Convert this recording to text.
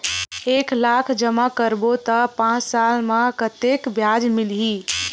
एक लाख जमा करबो त पांच साल म कतेकन ब्याज मिलही?